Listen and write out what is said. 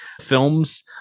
films